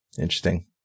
Interesting